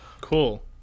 cool